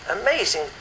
amazing